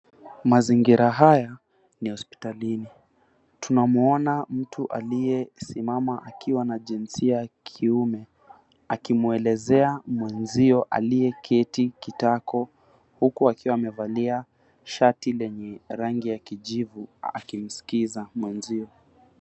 Mazingira haya ni ya hospitalini. Tunamuona mtu aliyesimama akiwa jinsia kiume akimwelezea mwenzie aliyeketi kitako huku akiwa amevalia shati lenye rangi ya kijivu akimsikiza mwenziwe.